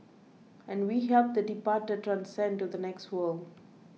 and we help the departed transcend to the next world